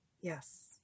Yes